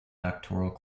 doctoral